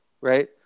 right